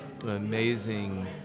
amazing